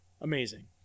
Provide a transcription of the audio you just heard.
amazing